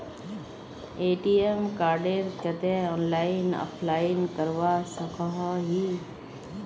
ATM कार्डेर केते online apply करवा सकोहो ही?